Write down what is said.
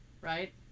Right